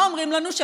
מה אומרים לנו?